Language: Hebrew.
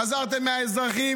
עזרתם מהאזרחים,